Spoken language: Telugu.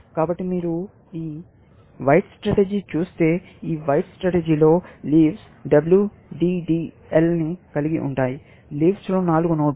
కాబట్టి మీరు ఈ వైట్ స్ట్రాటజీని చూస్తే ఈ వైట్ స్ట్రాటజీలో leaves W D D L కలిగి ఉంటాయి లీవ్స్ లో నాలుగు నోడ్లు